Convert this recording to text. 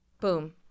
Boom